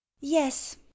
Yes